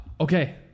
Okay